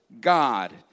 God